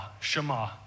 shema